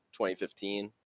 2015